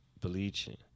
bleaching